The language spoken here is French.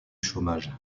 chômage